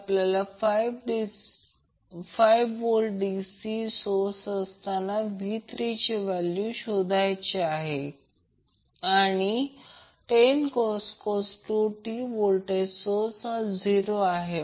तर आपल्याला 5V DC source असतांना v3ची किंमत शोधायची आहे आणि 10cos 2t व्होल्टेज सोर्स हा शून्य आहे